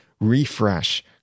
refresh